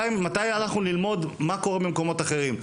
מתי הלכנו ללמוד מה קורה במקומות אחרים?